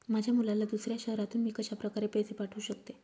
माझ्या मुलाला दुसऱ्या शहरातून मी कशाप्रकारे पैसे पाठवू शकते?